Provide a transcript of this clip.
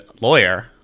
lawyer